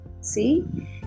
see